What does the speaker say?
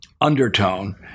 undertone